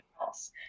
else